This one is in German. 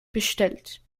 bestellt